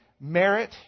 merit